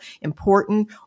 important